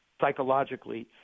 psychologically